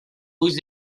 ulls